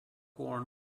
quorn